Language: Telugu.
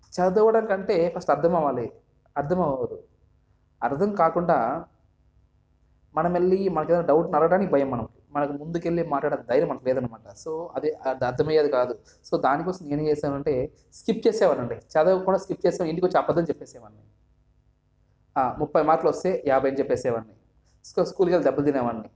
చదవడం కంటే ఫస్ట్ అర్థం అవ్వాలి అర్థం అవ్వదు అర్థం కాకుండా మనం వెళ్ళి మనకు ఎమన్న డౌట్ అడగడానికి భయం మనకు మనకు ముందుకు వెళ్ళి మాట్లాడే ధైర్యం మనకు లేదు అనమాట సో అదే అర్థమయ్యేది కాదు సో దానికోసం నేను ఏం చేశానంటే స్కిప్ చేసేవాడినండి చదువుకున్న స్కిప్ చేసి ఇంటికి వచ్చి అబద్ధం చెప్పేసేవాడిని ముప్పై మార్కులు వస్తే యాభై అని చెప్పేసేవాడిని సో స్కూల్కి వెళ్ళి దెబ్బలు తినేవాడిని